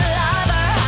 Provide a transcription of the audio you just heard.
lover